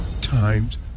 times